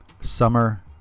Summer